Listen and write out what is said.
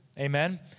Amen